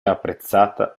apprezzata